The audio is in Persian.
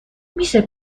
میشه